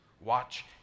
watch